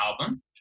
album